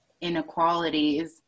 inequalities